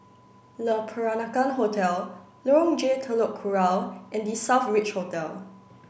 Le Peranakan Hotel Lorong J Telok Kurau and The Southbridge Hotel